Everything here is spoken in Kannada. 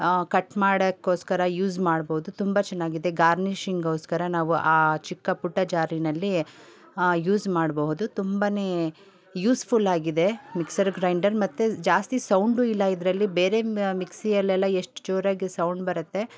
ಕಟ್ ಮಾಡೋಕ್ಕೋಸ್ಕರ ಯೂಸ್ ಮಾಡ್ಬೊದು ತುಂಬ ಚೆನ್ನಾಗಿದೆ ಗಾರ್ನಿಶಿಂಗೋಸ್ಕರ ನಾವು ಆ ಚಿಕ್ಕಪುಟ್ಟ ಜಾರಿನಲ್ಲಿ ಯೂಸ್ ಮಾಡ್ಬಹುದು ತುಂಬ ಯೂಸ್ಫುಲ್ಲಾಗಿದೆ ಮಿಕ್ಸರ್ ಗ್ರೈಂಡರ್ ಮತ್ತು ಜಾಸ್ತಿ ಸೌಂಡು ಇಲ್ಲ ಇದರಲ್ಲಿ ಬೇರೆ ಮಿಕ್ಸಿಯಲ್ಲೆಲ್ಲ ಎಷ್ಟು ಜೋರಾಗಿ ಸೌಂಡ್ ಬರುತ್ತೆ